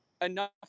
enough